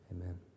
Amen